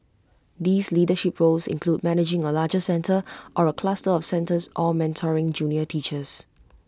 these leadership roles include managing A larger centre or A cluster of centres or mentoring junior teachers